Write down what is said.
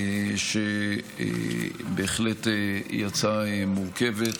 שבהחלט יצאה מורכבת,